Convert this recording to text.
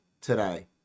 today